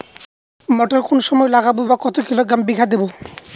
মটর কোন সময় লাগাবো বা কতো কিলোগ্রাম বিঘা দেবো?